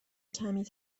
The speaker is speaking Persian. کمی